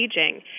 aging